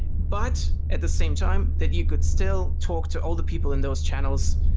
but at the same time that you could still talk to all the people in those channels,